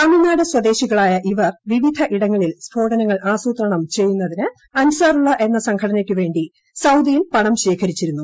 തമിഴ്നാട് സ്വദേശീകളായ ഇവർ വിവിധ ഇടങ്ങളിൽ സ്ഫോടനങ്ങൾ ആസൂത്രണം ചെയ്യുന്നതിന് അൻസാറുള്ള എന്ന സംഘനടയ്ക്ക് വേണ്ടി സൌദിയിൽ പണം ശേഖരിച്ചിരുന്നു